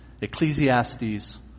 Ecclesiastes